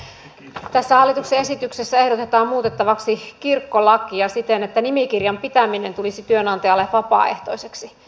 tässä hallituksen esityksessä ehdotetaan muutettavaksi kirkkolakia siten että nimikirjan pitäminen tulisi työnantajalle vapaaehtoiseksi